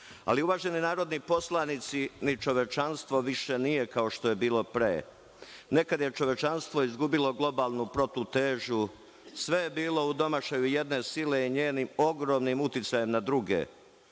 ishodom. Uvaženi narodni poslanici, ni čovečanstvo više nije kao što je bilo pre. Nekada je čovečanstvo izgubilo globalnu protivtežu, sve je bilo u domašaju jedne sile i njenim ogromnim uticajem na druge.